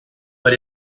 but